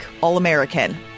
All-American